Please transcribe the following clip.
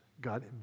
God